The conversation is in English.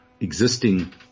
existing